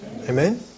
Amen